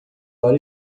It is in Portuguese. óleo